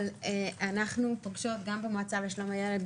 אבל אנחנו פוגשות גם במועצה לשלום הילד,